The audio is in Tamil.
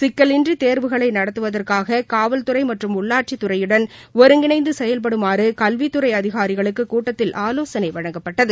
சிக்கல் இன்றி தேர்வுகளை நடத்துவதற்காக காவல்துறை மற்றும் உள்ளாட்சித்துறையுடன் ஒருங்கிணைந்து செயல்படுமாறு கல்வித்துறை அதிகாரிகளுக்கு கூட்டத்தில் ஆலோசனை வழங்கப்பட்டது